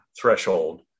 threshold